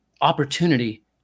opportunity